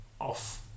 off